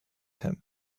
him